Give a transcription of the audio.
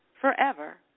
forever